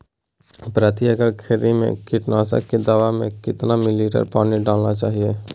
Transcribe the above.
प्रति एकड़ खेती में कीटनाशक की दवा में कितना लीटर पानी डालना चाइए?